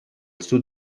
sud